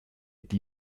die